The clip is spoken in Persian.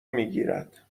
میگیرد